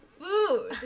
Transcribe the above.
food